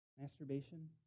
masturbation